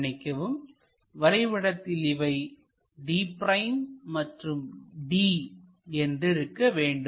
மன்னிக்கவும் வரைபடத்தில் இவை d' மற்றும் d என்று இருக்க வேண்டும்